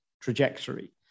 trajectory